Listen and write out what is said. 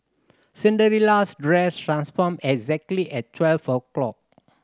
Cinderella's dress transformed exactly at twelve o'clock